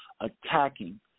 attacking